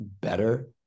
better